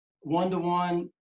one-to-one